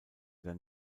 dann